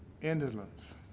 indolence